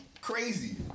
crazy